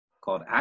called